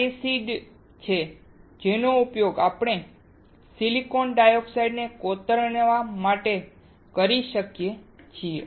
આ એસિડ છે જેનો ઉપયોગ આપણે સિલિકોન ડાયોક્સાઇડને કોતરવા માટે કરી શકીએ છીએ